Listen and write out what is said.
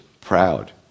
proud